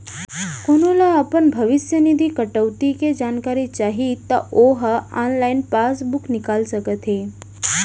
कोनो ल अपन भविस्य निधि कटउती के जानकारी चाही त ओ ह ऑनलाइन पासबूक निकाल सकत हे